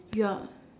your